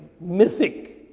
mythic